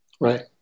Right